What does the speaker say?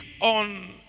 on